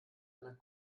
einer